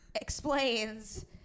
explains